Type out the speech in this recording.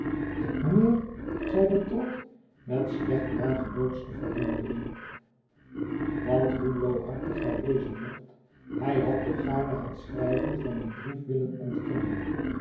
ik mijnheer zeide trott met slecht nagebootste verwondering want hoe bloohartig hij wezen mocht hij had toch gaarne het schrijven van dien brief wttlen ontkennen